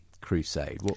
crusade